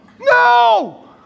No